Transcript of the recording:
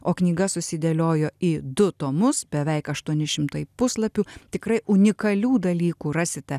o knyga susidėliojo į du tomus beveik aštuoni šimtai puslapių tikrai unikalių dalykų rasite